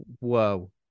Whoa